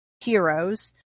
Heroes